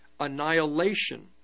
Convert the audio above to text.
Annihilation